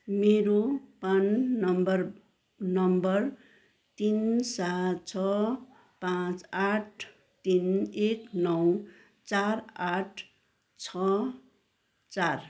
मेरो प्रान number number तिन सात छ पाँच आठ तिन एक नौ चार आठ छ चार